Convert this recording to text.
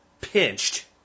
pinched